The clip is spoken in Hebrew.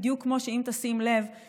בדיוק כמו שאם תשים לב,